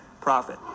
profit